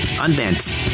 unbent